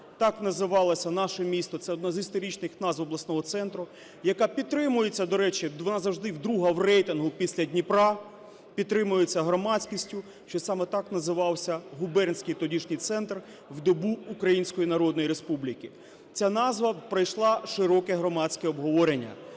так називалося наше місто, - це одна з історичних назв обласного центру, яка підтримується, до речі, вона завжди друга в рейтингу після Дніпра, підтримується громадськістю, що саме так називався губернський тодішній центр в добу Української Народної Республіки. Ця назва пройшла широке громадське обговорення.